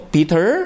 Peter